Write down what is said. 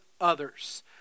others